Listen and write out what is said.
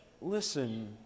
Listen